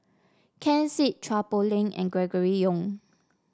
Ken Seet Chua Poh Leng and Gregory Yong